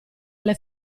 alle